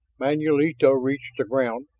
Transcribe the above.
manulito reached the ground,